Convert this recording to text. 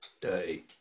day